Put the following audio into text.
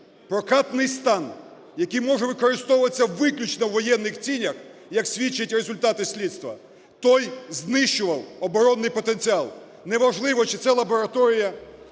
прокатний стан, який може використовуватись виключно у воєнних цілях, як свідчать результати слідства, той знищував оборонний потенціал! Не важливо, чи це лабораторія, чи